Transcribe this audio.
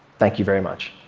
thank you very much.